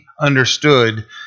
understood